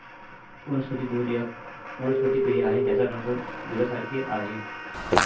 वनस्पती दूध एक वनस्पती पेय आहे ज्याचा रंग दुधासारखे आहे